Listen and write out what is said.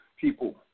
people